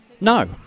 No